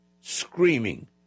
screaming